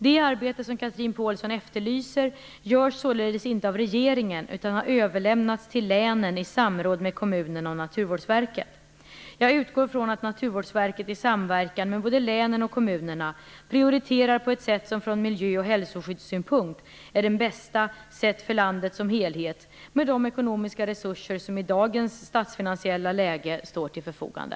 Det arbete som Chatrine Pålsson efterlyser i det konkreta fallet görs således inte av regeringen utan har överlämnats till länen i samråd med kommunerna och Naturvårdsverket. Jag utgår från att Naturvårdsverket i samverkan med både länen och kommunerna prioriterar på ett sätt som från miljö och hälsoskyddssynpunkt är det bästa sett för landet som helhet med de ekonomiska resurser som i dagens statsfinansiella läge står till förfogande.